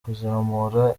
kuzamura